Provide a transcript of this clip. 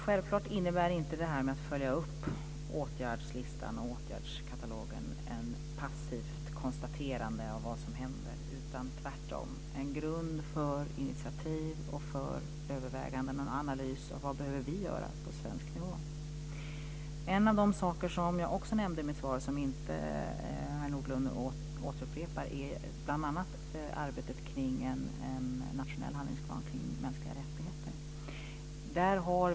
Självklart innebär inte det här med att följa upp åtgärdslistan och åtgärdskatalogen ett passivt konstaterande av vad som händer. Tvärtom är det fråga om en grund för initiativ och för överväganden och en analys av vad vi behöver göra på svensk nivå. En av de saker som jag också nämnde i mitt svar och som Harald Nordlund inte upprepade är arbetet kring en nationell handlingsplan vad gäller mänskliga rättigheter.